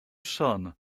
sun